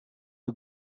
you